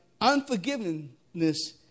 unforgiveness